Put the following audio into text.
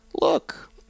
Look